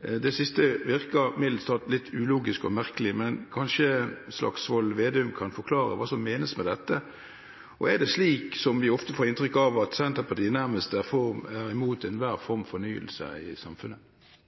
Det siste virker mildest talt litt ulogisk og merkelig, men kanskje Slagsvold Vedum kan forklare hva som menes med dette. Er det slik, som vi ofte får inntrykk av, at Senterpartiet nærmest er imot enhver form for fornyelse i samfunnet?